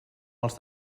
els